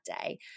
day